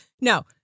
no